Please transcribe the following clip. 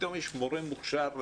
פתאום יש מורה מוכשר,